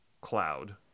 cloud